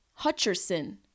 Hutcherson